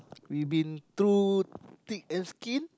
we been through thick and skin